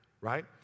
right